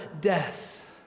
death